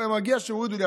מגיע שיורידו לי,